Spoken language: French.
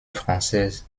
française